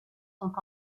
sont